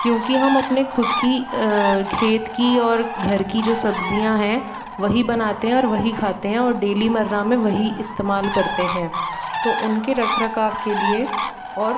क्योंकि हम अपनी खुद की खेत की और घर की जो सब्जियां है वहीं बनाते हैं और वहीं खाते हैं और डेली मर्रा मे वही इस्तेमाल करते हैं तो उनके रख रखाव के लिए और